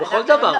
כך בכל דבר.